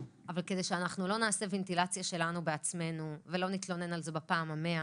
אבל כדי שלא נעשה ונטילציה שלנו בעצמנו ולא נתלונן על זה בפעם המאה,